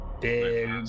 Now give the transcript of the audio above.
big